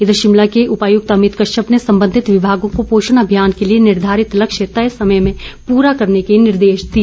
इधर शिमला के उपायुक्त अमित कश्यप ने संबंधित विभागों को पोषण अमियान के लिए निर्धारित लक्ष्य तय समय में पुरा करने के निर्देश दिए